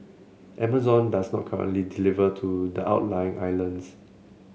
Amazon does not currently deliver to the outlying islands